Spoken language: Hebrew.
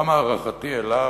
גם הערכתי אליו,